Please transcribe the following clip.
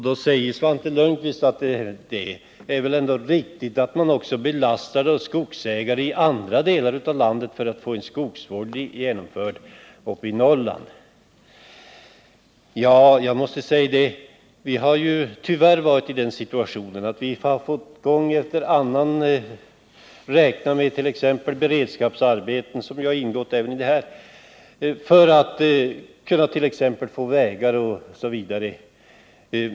Då säger Svante Lundkvist att det väl ändå är riktigt att man belastar skogsägare i andra delar av landet för att få en skogsvård genomförd uppe i Norrland. Vi har tyvärr varit i den situationen att vi gång efter annan fått räkna med t.ex. beredskapsarbeten för att få fram t.ex. vägar och annat.